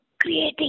creating